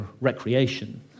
recreation